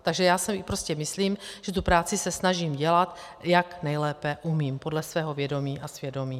Takže já si prostě myslím, že tu práci se snažím dělat, jak nejlépe umím podle svého vědomí a svědomí.